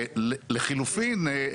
לחילופין,